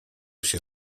się